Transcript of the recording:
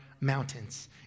mountains